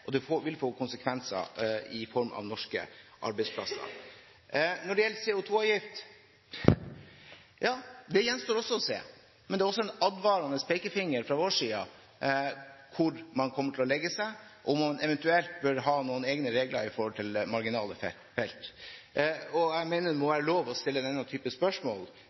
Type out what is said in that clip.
det vil få konsekvenser for norske arbeidsplasser. Når det gjelder CO2-avgift, gjenstår også det å se. Men det er en advarende pekefinger fra vår side mot hvor man kommer til å legge seg, om man eventuelt bør ha noen egne regler i forhold til marginale felt. Jeg mener det må være lov å stille denne type spørsmål,